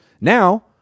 Now